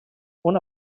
una